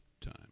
time